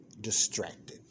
distracted